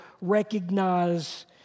recognize